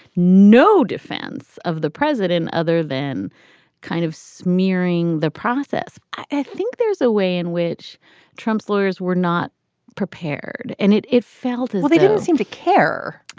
no defense of the president other than kind of smearing the process i think there's a way in which trump's lawyers were not prepared and it it failed as they didn't seem to care.